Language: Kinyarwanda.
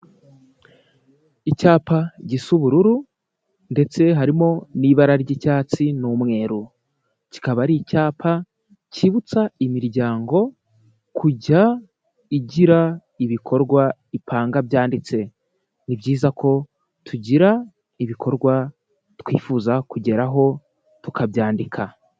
Icyapa gisa ubururu ndetse harimo n'ibara ry'icyatsi n'umweru, kikaba ari icyapa kibutsa imiryango kujya igira ibikorwa ipanga byanditse, ni byiza ko tugira ibikorwa twifuza kugeraho tukabyandika.